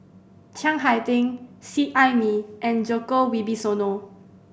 Chiang Hai Ding Seet Ai Mee and Djoko Wibisono